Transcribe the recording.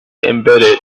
embedded